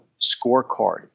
scorecard